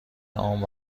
عام